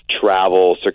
travel